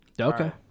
Okay